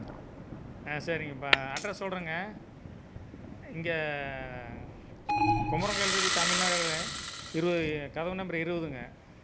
ஆ சரிங்க இப்போ அட்ரஸ் சொல்கிறங்க இங்கே குமரன் கோயில் வீதி தமிழ்நகர்ல இருபது கதவு நம்பர் இருபதுங்க